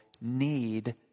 need